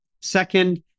Second